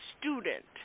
student